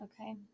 Okay